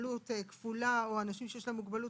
מוגבלות כפולה או אנשים שיש להם מוגבלות